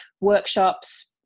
workshops